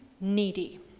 needy